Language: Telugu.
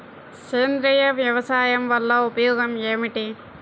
సేంద్రీయ వ్యవసాయం వల్ల ఉపయోగం ఏమిటి?